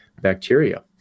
bacteria